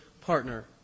partner